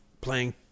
playing